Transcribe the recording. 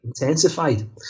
intensified